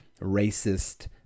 racist